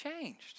changed